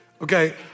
Okay